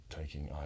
taking